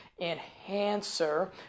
enhancer